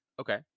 Okay